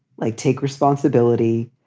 like take responsibility,